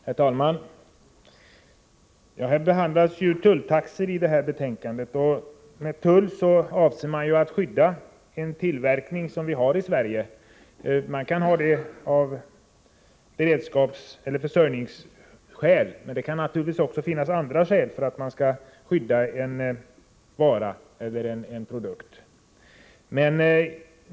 Herr talman! I detta betänkande behandlas ju tulltaxor. Med tull avser man att skydda en tillverkning som vi har i Sverige. Man kan göra det av beredskapseller försörjningsskäl, men det kan naturligtvis också finnas andra skäl för att skydda en vara eller en produkt.